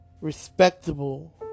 respectable